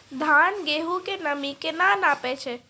धान, गेहूँ के नमी केना नापै छै?